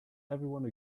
everyone